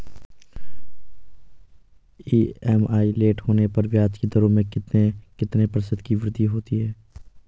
EMI late होने पर ब्याज की दरों में कितने कितने प्रतिशत की वृद्धि होती है?